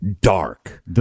Dark